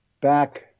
back